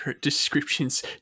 descriptions